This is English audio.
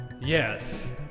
Yes